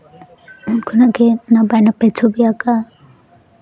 ᱩᱱ ᱠᱷᱚᱱᱟᱜ ᱜᱮ ᱱᱟᱯᱟᱭ ᱱᱟᱯᱟᱭ ᱪᱷᱚᱵᱤ ᱟᱸᱠᱟᱣ